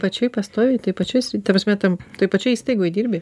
pačioj pastoviai toj pačioj ta prasme tam toj pačioj įstaigoj dirbi